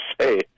say